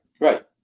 Right